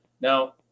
Now